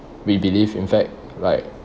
we believe in fact like